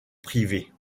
privée